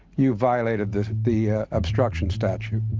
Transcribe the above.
you violated the the obstruction statute.